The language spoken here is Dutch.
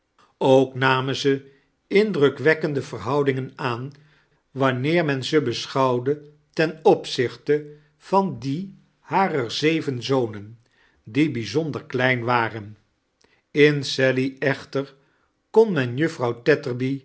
ook namen ze indrukwekkende verhoudingen aan wamneer men ze baschouwde ten opzichte van die harer zeyen zonen die bijzonder klein waren in sally echter kon men juffrouw